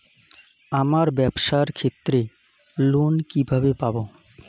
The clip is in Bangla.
আমার ব্যবসার ক্ষেত্রে লোন কিভাবে পাব?